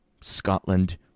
Scotland